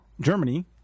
germany